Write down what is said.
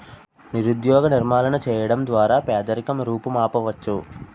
నిరుద్యోగ నిర్మూలన చేయడం ద్వారా పేదరికం రూపుమాపవచ్చు